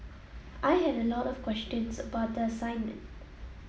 I had a lot of questions about the assignment